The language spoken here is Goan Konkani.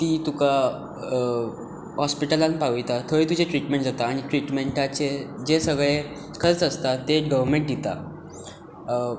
ती तुका हॉस्पिटलांत पावयता थंय तुजे ट्रिटमेंट जाता आनी ट्रिटमेंटाचे जे सगळें खर्च आसता ते गव्हरमँट दिता